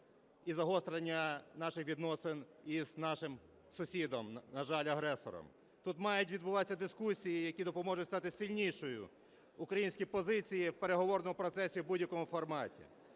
і загострення наших відносин із нашим сусідом, на жаль, агресором. Тут мають відбуватися дискусії, які допоможуть стати сильнішою українській позиції в переговорному процесі в будь-якому форматі.